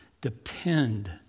depend